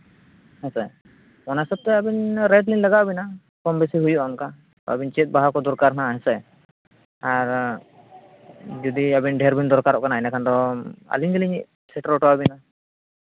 ᱦᱮᱸ ᱥᱮ ᱚᱱᱟ ᱦᱤᱥᱟᱹᱵ ᱛᱮ ᱟᱹᱵᱤᱱ ᱨᱮᱴ ᱞᱤᱧ ᱞᱟᱜᱟᱣ ᱵᱮᱱᱟ ᱠᱚᱢ ᱵᱮᱥᱤ ᱦᱩᱭᱩᱜᱼᱟ ᱚᱱᱠᱟ ᱟᱹᱵᱤᱱ ᱪᱮᱫ ᱵᱟᱦᱟ ᱠᱚ ᱫᱚᱨᱠᱟᱨ ᱦᱟᱸᱜ ᱦᱮᱸ ᱥᱮ ᱟᱨ ᱡᱩᱫᱤ ᱟᱵᱮᱱ ᱰᱷᱮᱨ ᱵᱮᱱ ᱫᱚᱨᱠᱟᱨᱚᱜ ᱠᱟᱱᱟ ᱮᱸᱰᱮᱠᱷᱟᱱ ᱫᱚ ᱟᱹᱞᱤᱧ ᱜᱮᱞᱤᱧ ᱥᱮᱴᱮᱨ ᱦᱚᱴᱚ ᱟᱵᱮᱱᱟ